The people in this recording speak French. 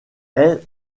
est